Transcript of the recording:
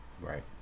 Right